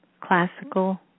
classical